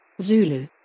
Zulu